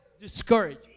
Discourage